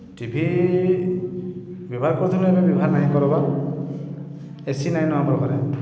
ଟି V ବ୍ୟବହାର୍ କରୁଥିଲୁଁ ଏବେ ବ୍ୟବହାର ନାଇଁ କର୍ବା ଏ ସି ନାଇଁନ ଆମର୍ ଘରେ